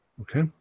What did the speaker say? Okay